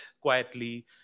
quietly